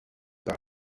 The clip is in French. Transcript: par